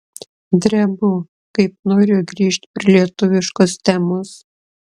drebu kaip noriu grįžt prie lietuviškos temos